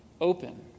open